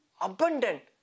Abundant